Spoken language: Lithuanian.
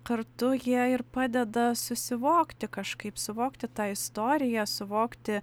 kartu jie ir padeda susivokti kažkaip suvokti tą istoriją suvokti